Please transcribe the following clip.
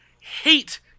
hate